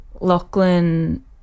Lachlan